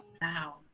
Wow